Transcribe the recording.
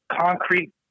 concrete